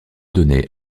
donner